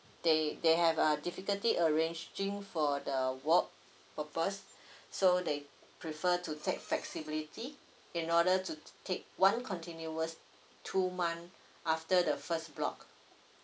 they they have a difficulty arranging for the work purpose so they prefer to take flexibility in order to take one continuous two month after the first block